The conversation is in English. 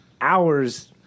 hours